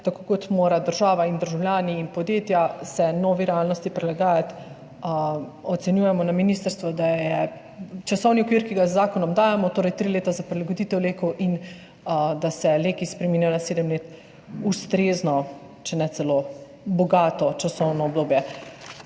tako kot se morajo država in državljani in podjetja novi realnosti prilagajati, ocenjujemo na ministrstvu, da je časovni okvir, ki ga z zakonom dajemo, torej tri leta za prilagoditev LEK-ov in da se LEK-i spreminjajo na sedem let, ustrezno, če ne celo bogato časovno obdobje,